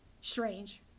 strange